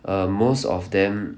err most of them